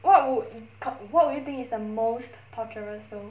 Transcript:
what would co~ what would you think is the most torturous though